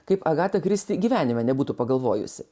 kaip agata kristi gyvenime nebūtų pagalvojusi